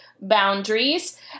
boundaries